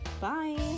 bye